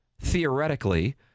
theoretically